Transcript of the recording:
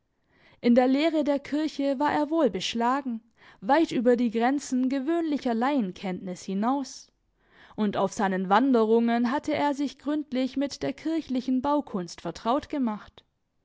in der lehre der kirche war er wohl beschlagen weit über die grenzen gewöhnlicher laienkenntnis hinaus und auf seinen wanderungen hatte er sich gründlich mit der kirchlichen baukunst vertraut gemacht